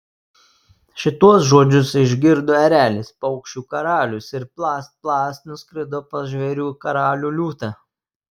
šituos žodžius išgirdo erelis paukščių karalius ir plast plast nuskrido pas žvėrių karalių liūtą